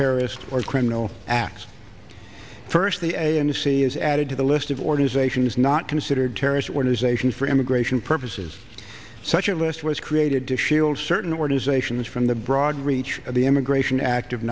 terrorist or criminal acts first the a n c is added to the list of organizations not considered terrorist organization for immigration purposes such a list was created to shield certain organizations from the broad reach of the immigration act